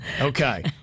Okay